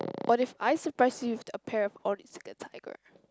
or if I surprise you with a pair of Onitsuka-Tiger